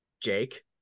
Jake